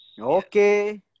okay